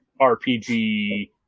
RPG